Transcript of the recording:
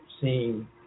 seeing